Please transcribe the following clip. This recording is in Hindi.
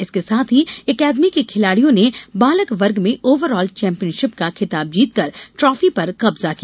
इसके साथ ही अकादमी के खिलाड़ियों ने बालक वर्ग में ओवरऑल चैम्पियन का खिताब जीतकर ट्राफी पर कब्जा किया